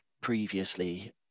previously